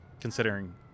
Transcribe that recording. considering